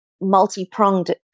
multi-pronged